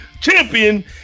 champion